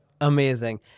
Amazing